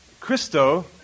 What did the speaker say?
Christo